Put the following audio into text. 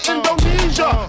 Indonesia